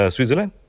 Switzerland